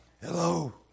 Hello